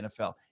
NFL